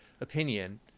opinion